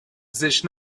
sich